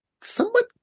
somewhat